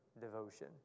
devotion